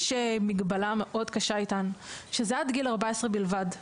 יש מגבלה מאוד קשה איתם, שזה עד גיל 14 בלבד.